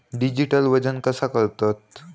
Digital वजन कसा करतत?